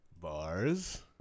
bars